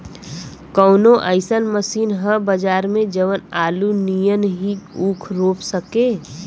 कवनो अइसन मशीन ह बजार में जवन आलू नियनही ऊख रोप सके?